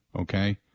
okay